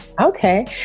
Okay